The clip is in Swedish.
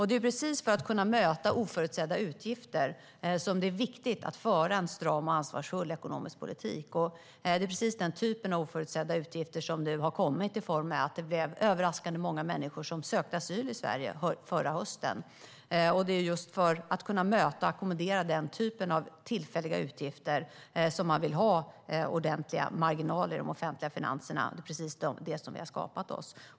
Det är för att man ska kunna möta oförutsedda utgifter som det är viktigt att föra en stram och ansvarsfull ekonomisk politik. Det är precis den typen av oförutsedda utgifter som nu har kommit i och med att överraskande många människor sökte asyl i Sverige förra hösten. Det är just för att kunna möta och ackommodera den typen av tillfälliga utgifter som man vill ha ordentliga marginaler i de offentliga finanserna, precis det som vi har skapat oss.